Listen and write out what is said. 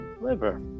Liver